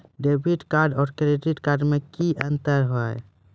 Debit card और credit card मे कि अंतर या?